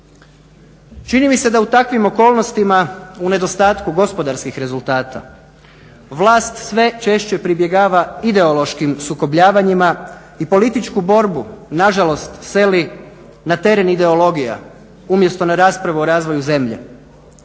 Čini mi se da u takvim okolnostima u nedostatku gospodarskih rezultata vlast sve češće pribjegava ideološkim sukobljavanjima i političku borbu nažalost seli na teren ideologija umjesto na raspravu o razvoju zemlje.